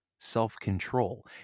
self-control